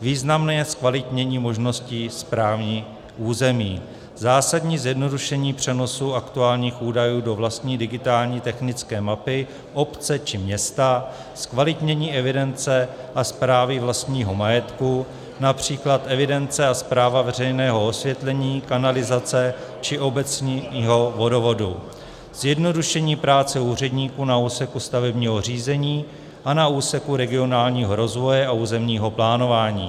významné zkvalitnění možností správních území, zásadní zjednodušení přenosu aktuálních údajů do vlastní digitální technické mapy obce či města, zkvalitnění evidence a správy vlastního majetku, například evidence a správa veřejného osvětlení, kanalizace či obecního vodovodu, zjednodušení práce úředníků na úseku stavebního řízení a na úseku regionálního rozvoje a územního plánování.